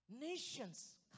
Nations